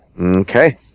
Okay